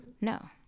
no